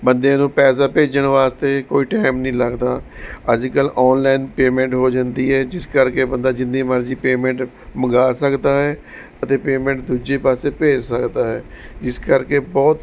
ਬੰਦੇ ਨੂੰ ਪੈਸਾ ਭੇਜਣ ਵਾਸਤੇ ਕੋਈ ਟਾਈਮ ਨਹੀਂ ਲੱਗਦਾ ਅੱਜ ਕੱਲ੍ਹ ਔਨਲਾਈਨ ਪੇਮੈਂਟ ਹੋ ਜਾਂਦੀ ਹੈ ਜਿਸ ਕਰਕੇ ਬੰਦਾ ਜਿੰਨੀ ਮਰਜ਼ੀ ਪੇਮੈਂਟ ਮੰਗਵਾ ਸਕਦਾ ਹੈ ਅਤੇ ਪੇਮੈਂਟ ਦੂਜੇ ਪਾਸੇ ਭੇਜ ਸਕਦਾ ਹੈ ਜਿਸ ਕਰਕੇ ਬਹੁਤ